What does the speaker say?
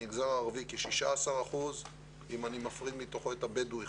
המגזר הערבי כ-16 אחוזים ואם אני מפריד מתוכו את המגזר הבדואי,